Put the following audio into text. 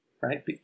Right